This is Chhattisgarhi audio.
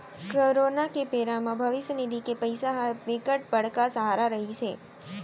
कोरोना के बेरा म भविस्य निधि के पइसा ह बिकट बड़का सहारा रहिस हे